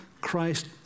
Christ